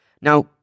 Now